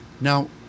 Now